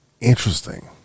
interesting